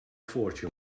fortune